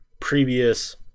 previous